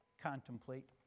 contemplate